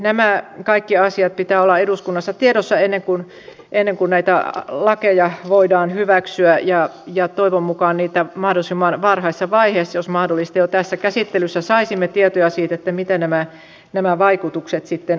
näiden kaikkien asioiden pitää olla eduskunnassa tiedossa ennen kuin näitä lakeja voidaan hyväksyä ja toivon mukaan niitä mahdollisimman varhaisessa vaiheessa jo tässä käsittelyssä jos mahdollista saisimme tietoja siitä mitä nämä vaikutukset sitten ovat